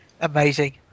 amazing